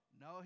No